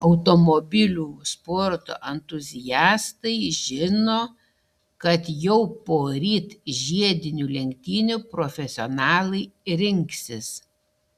automobilių sporto entuziastai žino kad jau poryt žiedinių lenktynių profesionalai rinksis